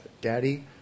Daddy